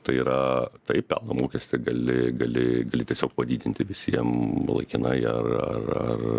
tai yra taip pelno mokestį gali gali gali tiesiog padidinti visiem laikinai ar ar ar